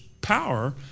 Power